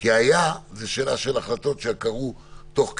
כי "היה" זה שאלה של החלטות שקרו תוך כדי.